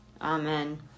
Amen